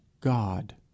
God